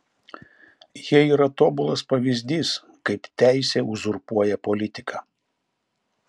jie yra tobulas pavyzdys kaip teisė uzurpuoja politiką